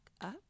up